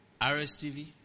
RSTV